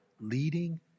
leading